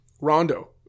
Rondo